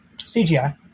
CGI